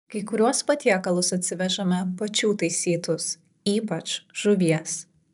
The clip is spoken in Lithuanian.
kai kuriuos patiekalus atsivežame pačių taisytus ypač žuvies